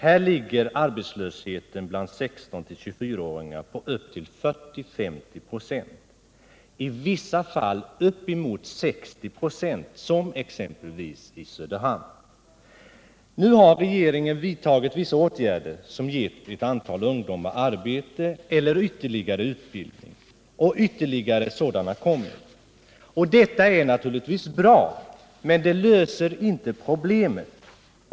Här ligger arbetslösheten bland 16-24-åringar på upp till 40-50 96, i vissa fall uppemot 60 96, som i Söderhamn. Nu har regeringen vidtagit vissa åtgärder som ger ett antal ungdomar arbete eller ytterligare utbildning, och fler sådana åtgärder kommer. Detta är naturligtvis bra, men det löser inte problemen.